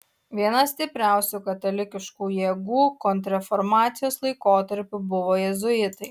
viena stipriausių katalikiškų jėgų kontrreformacijos laikotarpiu buvo jėzuitai